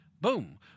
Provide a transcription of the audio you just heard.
boom